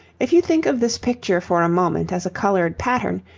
if you think of this picture for a moment as a coloured pattern,